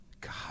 God